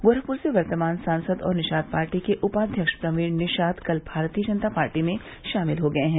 गोरखपर से वर्तमान सांसद और निषाद पार्टी के उपाध्यक्ष प्रवीण निषाद कल भारतीय जनता पार्टी में शामिल हो गये हैं